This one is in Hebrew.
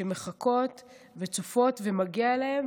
שמחכות, צופות, ומגיע להן.